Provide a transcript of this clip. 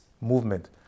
movement